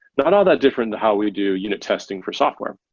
not all that different to how we do unit testing for software.